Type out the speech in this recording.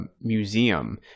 museum